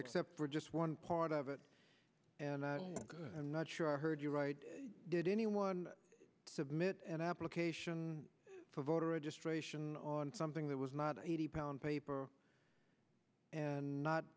except for just one part of it and i'm not sure i heard you right did anyone submit an application for voter registration on something that was not eighty pound paper and not